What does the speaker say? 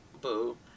boo